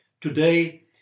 today